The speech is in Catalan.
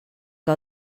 que